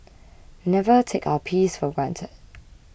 never take our peace for granted